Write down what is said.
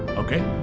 okay?